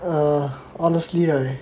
ah honestly right